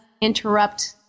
interrupt